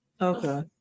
okay